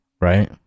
Right